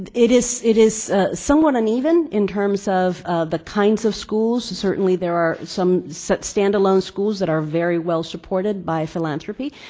it is it is somewhat uneven in terms of the kinds of schools. certainly there are some standalone schools that are very well supported by philanthropy.